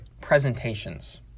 presentations